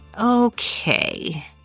Okay